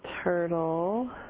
Turtle